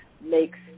makes